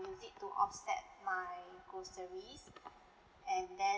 use it to offset my groceries and then